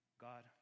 God